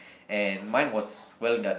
and mine was well done